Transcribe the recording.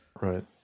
Right